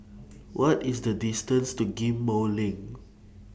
What IS The distance to Ghim Moh LINK